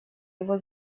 его